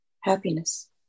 happiness